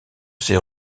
ces